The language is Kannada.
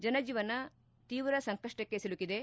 ಜನಜೀವನ ತೀವ್ರ ಸಂಕಷ್ಟಕ್ಕೆ ಒಲುಕಿದೆ